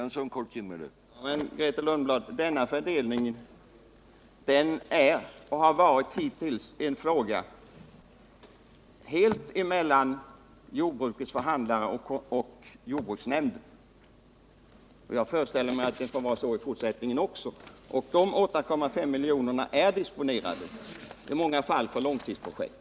Herr talman! Men, Grethe Lundblad, frågan om denna fördelning är och har hittills varit en fråga helt mellan jordbrukets förhandlare och jordbruksnämnden. Och jag föreställer mig att det kommer att vara så i fortsättningen också. De 8,5 miljonerna är disponerade — i många fall därtill för långtidsprojekt.